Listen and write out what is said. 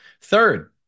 Third